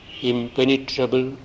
impenetrable